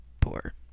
poor